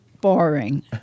boring